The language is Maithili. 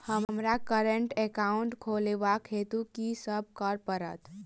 हमरा करेन्ट एकाउंट खोलेवाक हेतु की सब करऽ पड़त?